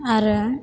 आरो